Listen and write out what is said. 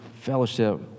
fellowship